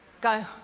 go